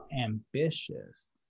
ambitious